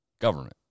government